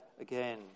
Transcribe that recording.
again